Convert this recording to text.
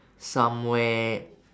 somewhere